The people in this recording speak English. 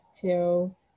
chill